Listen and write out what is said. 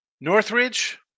Northridge